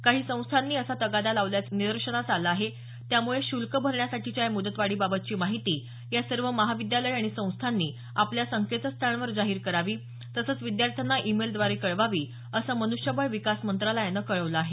काही संस्थांनी असा तगादा लावल्याचं निदर्शनास आलं आहे त्यामुळे शुल्क भरण्यासाठीच्या या मुदतवाढीबाबतची माहिती या सर्व महाविद्यालयं आणि संस्थांनी आपल्या संकेतस्थळांवर जाहीर करावी तसंच विद्यार्थ्यांना ई मेलद्वारे कळवावी असं मन्ष्यबळ विकास मंत्रालयानं कळवलं आहे